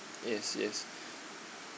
yes yes